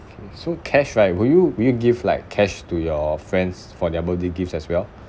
okay so cash right will you will you give like cash to your friends for their birthday gifts as well